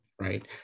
Right